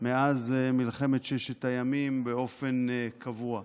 מאז מלחמת ששת הימים באופן קבוע.